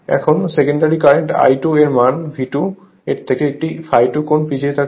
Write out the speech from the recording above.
এখন secondary current I2 এর মান V2 এর থেকে একটি ∅2 কোণে পিছিয়ে থাকছে